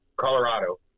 Colorado